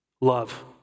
love